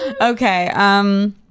Okay